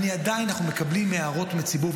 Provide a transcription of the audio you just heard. עדיין אנחנו מקבלים הערות מהציבור,